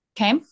Okay